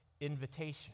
invitation